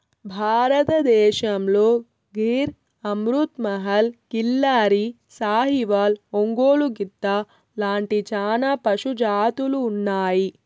భారతదేశంలో గిర్, అమృత్ మహల్, కిల్లారి, సాహివాల్, ఒంగోలు గిత్త లాంటి చానా పశు జాతులు ఉన్నాయి